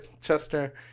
Chester